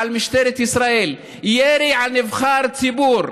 למשטרת ישראל: ירי על נבחר ציבור,